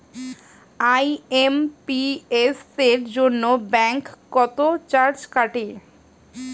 IMPS এর জন্য bank কত চার্জ কাটে?